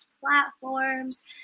platforms